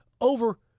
over